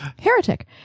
heretic